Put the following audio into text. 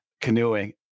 canoeing